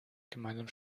gemeinsam